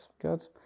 good